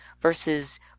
versus